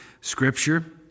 scripture